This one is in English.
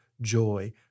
joy